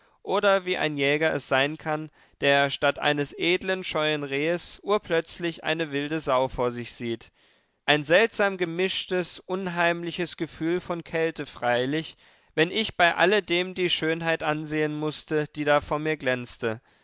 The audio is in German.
oder wie ein jäger es sein kann der statt eines edlen scheuen rehes urplötzlich eine wilde sau vor sich sieht ein seltsam gemischtes unheimliches gefühl von kälte freilich wenn ich bei alledem die schönheit ansehen mußte die da vor mir glänzte